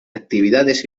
actividades